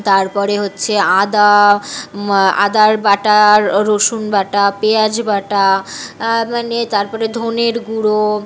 তারপরে হচ্ছে আদা আদার বাটা রসুন বাটা পেঁয়াজ বাটা মানে তারপরে ধনের গুঁড়ো